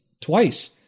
twice